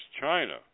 China